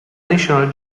national